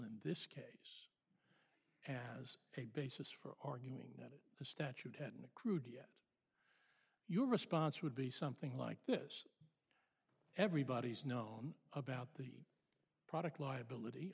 in this case as a basis for arguing that a statute and a crude yet your response would be something like this everybody's known about the product liability